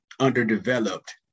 underdeveloped